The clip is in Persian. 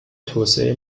توسعه